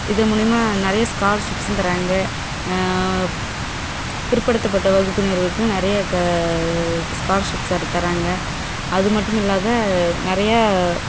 இது மூலயமா நிறைய ஸ்காலர்ஷிப்ஸ்ஸும் தராங்க பிற்படுத்தப்பட்ட வகுப்பினருக்கும் நிறைய க ஸ்காலர்ஷிப்ஸ் தராங்க அது மட்டும் இல்லாத நிறைய